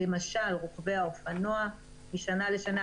למשל רוכבי האופנוע משנה לשנה.